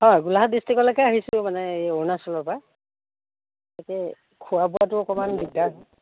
হয় গোলাঘাট ডিষ্ট্ৰিক্টলৈকে আহিছিলোঁ মানে এই অৰুণাচলৰ পৰা এতিয়া খোৱা বোৱাটো অকণমান দিগদাৰ